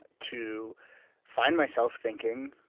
to find myself thinking,